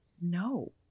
No